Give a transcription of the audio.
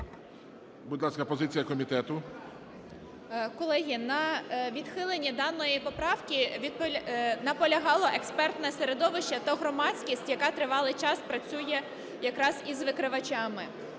Будь ласка, позиція комітету. 11:03:03 ЯНЧЕНКО Г.І. Колеги, на відхиленні даної поправки наполягало експертне середовище та громадськість, яка тривалий час працює якраз із викривачами.